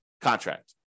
contract